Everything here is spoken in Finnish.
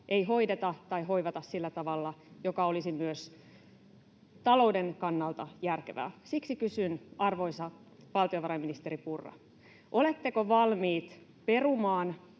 ei hoideta tai hoivata sillä tavalla, joka olisi myös talouden kannalta järkevää. Siksi kysyn, arvoisa valtiovarainministeri Purra: oletteko valmiit perumaan